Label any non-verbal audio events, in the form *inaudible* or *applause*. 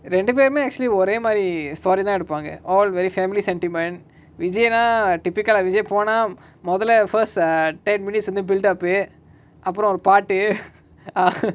ரெண்டுபேருமே:renduperume actually ஒரே மாரி:ore mari story தா எடுப்பாங்க:tha edupaanga all very family sentiment vijay nah tipical ah vijay போனா மொதல்ல:pona mothalla first err ten minutes வந்து:vanthu build up uh அப்ரோ ஒரு பாட்டு:apro oru paatu uh ah *noise*